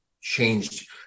changed